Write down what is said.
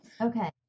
Okay